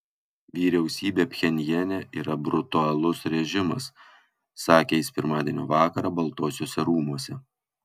vyriausybė pchenjane yra brutalus režimas sakė jis pirmadienio vakarą baltuosiuose rūmuose